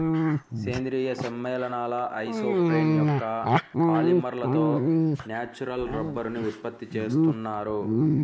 సేంద్రీయ సమ్మేళనాల ఐసోప్రేన్ యొక్క పాలిమర్లతో న్యాచురల్ రబ్బరుని ఉత్పత్తి చేస్తున్నారు